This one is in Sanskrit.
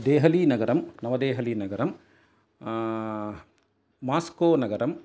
देहलीनगरम् नवदेहलीनगरम् मास्कोनगरम्